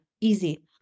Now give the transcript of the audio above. Easy